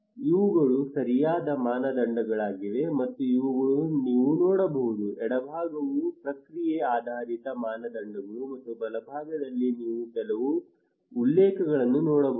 ಇವುಗಳು ಸರಿಯಾದ ಮಾನದಂಡಗಳಾಗಿವೆ ಮತ್ತು ಇವುಗಳು ನೀವು ನೋಡಬಹುದು ಎಡಭಾಗವು ಪ್ರಕ್ರಿಯೆ ಆಧಾರಿತ ಮಾನದಂಡಗಳು ಮತ್ತು ಬಲಭಾಗದಲ್ಲಿ ನೀವು ಕೆಲವು ಉಲ್ಲೇಖಗಳನ್ನು ನೋಡಬಹುದು